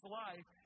life